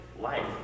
Life